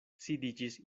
sidiĝis